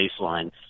baseline